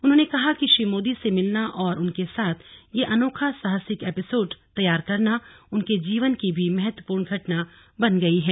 उन्होंने कहा कि श्री मोदी से मिलना और उनके साथ यह अनोखा साहसिक एपिसोड तैयार करना उनके जीवन की भी महत्वपूर्ण घटना बन गई है